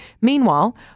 Meanwhile